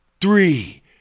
Three